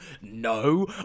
No